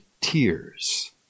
tears